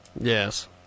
Yes